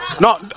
No